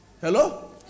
Hello